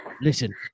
Listen